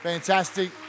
Fantastic